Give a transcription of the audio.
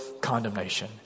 condemnation